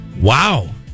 Wow